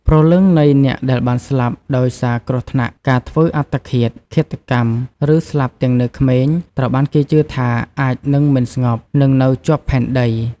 ព្រលឹងនៃអ្នកដែលបានស្លាប់ដោយសារគ្រោះថ្នាក់ ការធ្វើអត្តឃាត ឃាតកម្ម ឬស្លាប់ទាំងនៅក្មេង ត្រូវបានគេជឿថាអាចនឹងមិនស្ងប់ និងនៅជាប់ផែនដី។